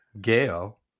Gail